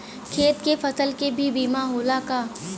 खेत के फसल के भी बीमा होला का?